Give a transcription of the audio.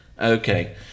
okay